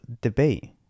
debate